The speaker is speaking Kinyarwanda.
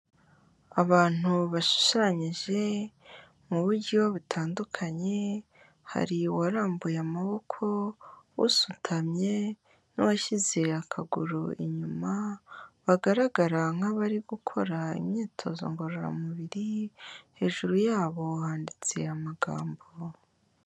Abantu bashushanyije mu buryo butandukanye, hari uwarambuye amaboko, usutamye n'uwashyize akaguru inyuma, bagaragara nk'abari gukora imyitozo ngororamubiri, hejuru yabo handitse amagambo.